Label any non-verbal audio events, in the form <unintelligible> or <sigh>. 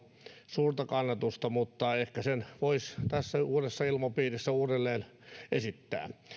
suurta kannatusta mutta ehkä sen <unintelligible> <unintelligible> voisi tässä uudessa ilmapiirissä uudelleen esittää